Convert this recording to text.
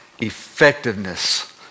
effectiveness